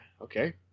Okay